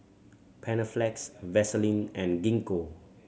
Panaflex Vaselin and Gingko